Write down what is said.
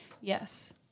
Yes